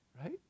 right